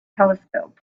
telescope